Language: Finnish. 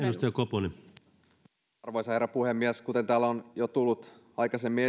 arvoisa herra puhemies kuten täällä on jo tullut aikaisemmin